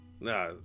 Nah